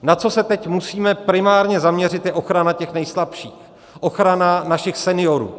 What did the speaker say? Na co se teď musíme primárně zaměřit, je ochrana těch nejslabších, ochrana našich seniorů.